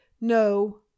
no